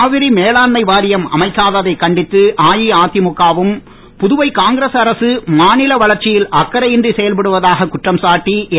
காவிரி மேலாண்மை வாரியம் அமைக்காததை கண்டித்து அஇஅதிமுகவும் புதுவை காங்கிரஸ் அரசு மாநில வளர்ச்சியில் அக்கறை இன்றி செயல்படுவதாக குற்றம் சாட்டி என்